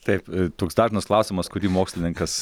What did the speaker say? taip toks dažnas klausimas kurį mokslininkas